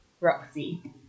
Roxy